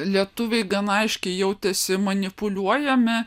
lietuviai gana aiškiai jautėsi manipuliuojami